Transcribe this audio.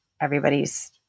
everybody's